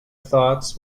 thoughts